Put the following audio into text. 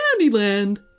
Candyland